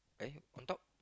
uh on top